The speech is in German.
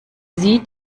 sie